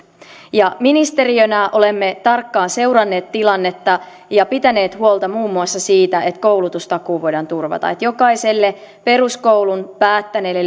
ministeriönä olemme tarkkaan seuranneet tilannetta ja pitäneet huolta muun muassa siitä että koulutustakuu voidaan turvata ja että jokaiselle peruskoulun päättäneelle